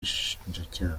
ubushinjacyaha